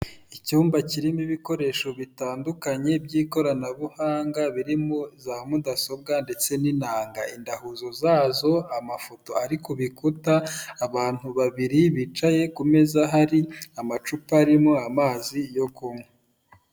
Icyumba kirimo ibikoresho bitandukanye by'ikoranabuhanga birimo za mudasobwa ndetse n'inanga. Indahuzo zazo amafoto ari ku bikuta abantu babiri bicaye ku meza hari amacupa arimo amazi yo kunywa.